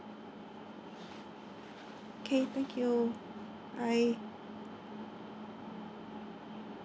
okay thank you bye